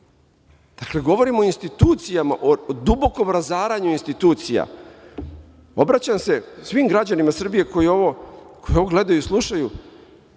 Dakle govorimo o institucijama o dubokom razaranju institucija. Obraćam se svim građanima Srbije koji ovo gledaju i slušaju